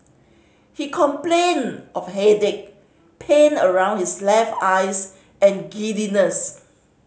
he complained of headache pain around his left eyes and giddiness